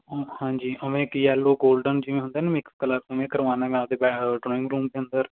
ਹਾਂਜੀ ਉਵੇਂ ਇੱਕ ਜੈਲੋ ਗੋਲਡਨ ਜਿਵੇਂ ਹੁੰਦਾ ਨਾ ਮਿਕਸ ਕਲਰ ਉਵੇਂ ਕਰਵਾਉਣਾ ਮੈਂ ਆਪਦੇ ਬੈ ਡਰਾਇੰਗ ਰੂਮ ਦੇ ਅੰਦਰ